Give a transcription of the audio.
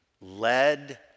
led